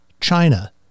China